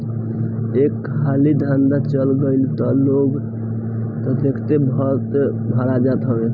एक हाली धंधा चल गईल तअ लोन तअ देखते देखत भरा जात हवे